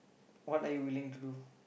what are you willing to do